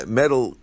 metal